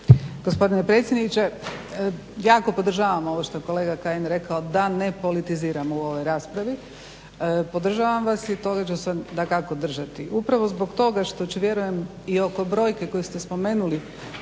Gospodine predsjedniče. Jako podržavam ovo što je kolega Kajin rekao da ne politiziramo u ovoj raspravi, podržavam vam vas i toga ću se dakako držati. Upravo zbog toga što će vjerujem i oko brojke koju ste spomenuli